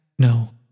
No